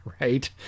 right